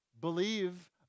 believe